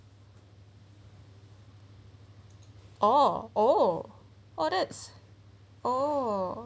oo oh audits oh